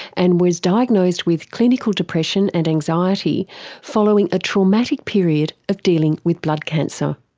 and was diagnosed with clinical depression and anxiety following a traumatic period of dealing with blood cancer.